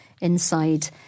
inside